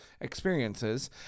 experiences